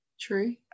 True